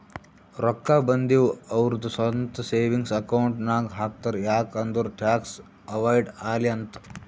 ರೊಕ್ಕಾ ಬಂದಿವ್ ಅವ್ರದು ಸ್ವಂತ ಸೇವಿಂಗ್ಸ್ ಅಕೌಂಟ್ ನಾಗ್ ಹಾಕ್ತಾರ್ ಯಾಕ್ ಅಂದುರ್ ಟ್ಯಾಕ್ಸ್ ಅವೈಡ್ ಆಲಿ ಅಂತ್